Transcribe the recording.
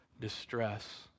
distress